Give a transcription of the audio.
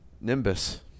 Nimbus